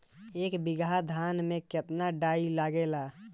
एक बीगहा धान में केतना डाई लागेला?